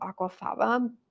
aquafaba